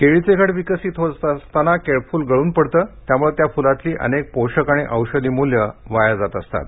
केळीचे घड विकसित होत असताना केळफूल गळून पडतं त्यामुळे त्या फुलातली अनेक पोषक आणि औषधी मूल्यं वाया जात असतात